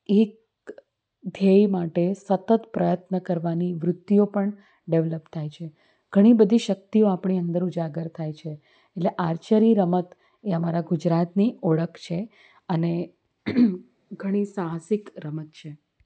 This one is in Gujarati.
એક ધ્યેય માટે સતત પ્રયત્ન કરવાની વૃત્તિઓ પણ ડેવલપ થાય છે ઘણીબધી શક્તિઓ આપણી અંદર ઉજાગર થાય છે એટલે આર્ચરી જ રમત એ અમારા ગુજરાતની ઓળખ છે અને ઘણી સાહસિક રમત છે